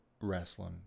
wrestling